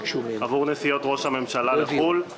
המשמעות של אי תשלום הוצאות הטיפול של